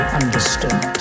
understood